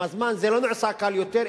עם הזמן זה לא נעשה קל יותר,